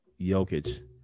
Jokic